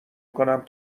کنم